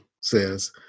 says